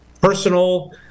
personal